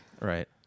Right